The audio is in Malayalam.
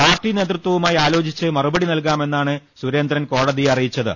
പാർട്ടി നേതൃത്വവുമായി ആലോചിച്ച് മറുപടി നൽകാമെന്നാണ് സുരേന്ദ്രൻ കോടതിയെ അറിയിച്ചത്